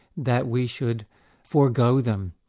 that we should forgo them,